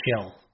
chill